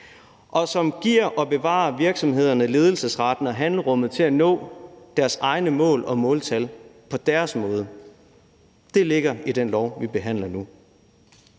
og som giver og lader virksomhederne bevare ledelsesretten og handlerummet til at nå deres egne mål og måltal på deres måde. Det ligger der i det lovforslag, vi behandler nu.